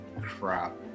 crap